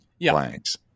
blanks